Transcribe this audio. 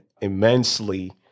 immensely